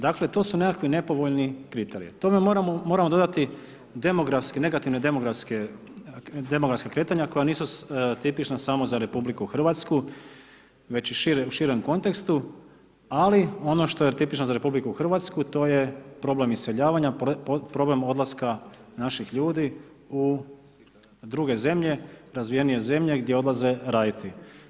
Dakle, to su nekakvi nepovoljni kriteriji, tome moramo dodati negativna demografska kretanja koja nisu tipična samo za RH već i u širem kontekstu ali ono što je tipično za RH, to je problem iseljavanja, problem odlaska naših ljudi u druge zemlje, razvijenije zemlje gdje odlaze raditi.